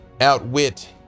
outwit